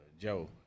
joe